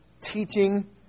teaching